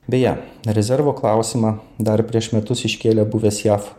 beje rezervo klausimą dar prieš metus iškėlė buvęs jav